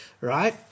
right